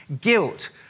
Guilt